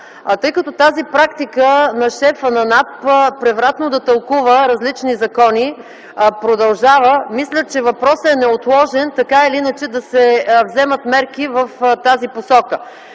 Тъй като тази практика на шефа на НАП – превратно да тълкува различни закони, продължава, мисля, че е неотложно да се вземат мерки в тази посока.